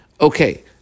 Okay